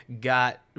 got